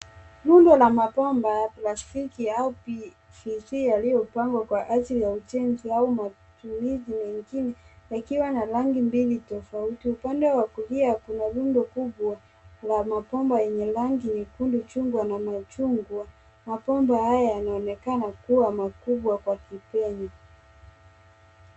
Rundo la mapomba ya plastiki au PVC yaliopangwa kwa ajili ya ujenzi au matumizi mengine ikiwa na rangi mbili tafauti. Upande wa kulia wa kushoto kuna rundo kubwa la mapomba enye rangi nyekundu jungwa na majungwa. Mapomba haya yanaonekana kuwa makubwa kwa kipenya.